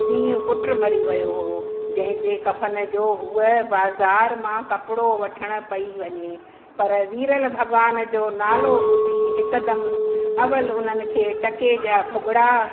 ॾींहुं पुटु मरी वियो हुओ जंहिंजे कफ़न जो हूअ बाज़ार मां कपिड़ो वठणु पई वञे पर वीरल भॻवान जो नालो ॿुधी हिकदमि अवल उन्हनि खे टके जा भुॻिड़ा